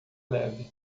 leve